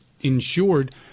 insured